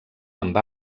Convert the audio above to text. amb